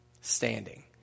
standing